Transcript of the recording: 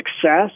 success